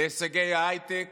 להישגי ההייטק